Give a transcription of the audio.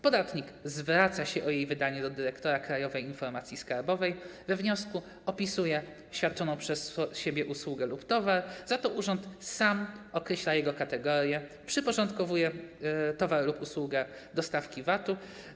Podatnik zwraca się o jej wydanie do dyrektora Krajowej Informacji Skarbowej, we wniosku opisuje świadczoną przez siebie usługę lub towar, za to urząd sam określa jego kategorię, przyporządkowuje towar lub usługę do stawki VAT-u.